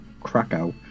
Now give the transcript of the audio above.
Krakow